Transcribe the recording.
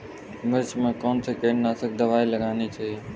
मिर्च में कौन सी कीटनाशक दबाई लगानी चाहिए?